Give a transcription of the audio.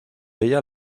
ella